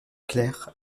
clerc